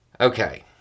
Okay